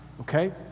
okay